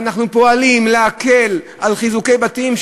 ואנחנו פועלים להקל על חיזוקי בתים,